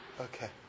Okay